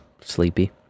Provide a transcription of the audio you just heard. sleepy